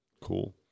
Cool